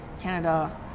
Canada